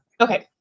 Okay